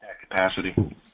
capacity